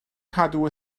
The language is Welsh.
cadw